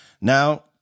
Now